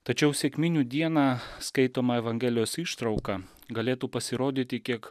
tačiau sekminių dieną skaitoma evangelijos ištrauka galėtų pasirodyti kiek